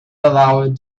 allowed